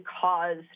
cause